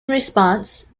response